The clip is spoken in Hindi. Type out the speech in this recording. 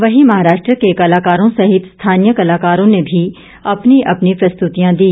वहीं महाराष्ट्र के कलाकारों सहित स्थानीय कलाकारों ने भी अपनी अपनी प्रस्तुतियां दी